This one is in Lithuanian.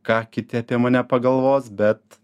ką kiti apie mane pagalvos bet